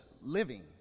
living